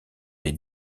des